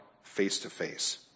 face-to-face